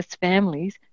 families